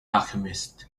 alchemist